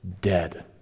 dead